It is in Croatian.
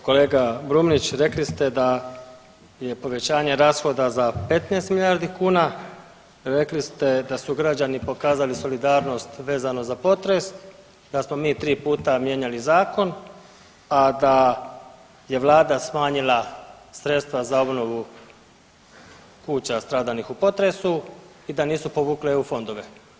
Evo kolega Brumnić, rekli ste da je povećanje rashoda za 15 milijardi kuna, rekli ste da su građani pokazali solidarnost vezano za potres, da smo mi tri puta mijenjali zakon, a da je vlada smanjila sredstva za obnovu kuća stradalih u potresu i da nisu povukli eu fondove.